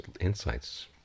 insights